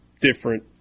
different